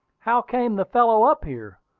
how came the fellow up here,